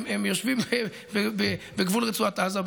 הם יושבים בגבול רצועת עזה,